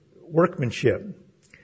workmanship